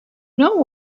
know